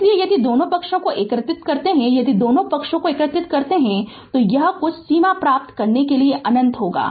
इसलिए यदि दोनों पक्षों को एकीकृत करते हैं यदि दोनों पक्षों को एकीकृत करते हैं तो यह कुछ सीमा प्राप्त करने के लिए अनंत होगा